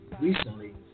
recently